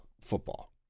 football